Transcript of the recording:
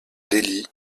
delhi